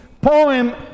poem